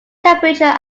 temperature